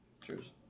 Cheers